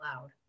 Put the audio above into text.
loud